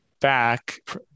back